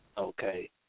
okay